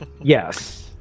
yes